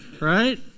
right